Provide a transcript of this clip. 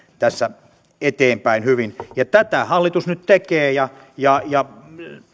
tässä eteenpäin hyvin ja tätä hallitus nyt tekee ja ja